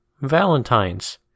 Valentine's